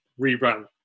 rebrand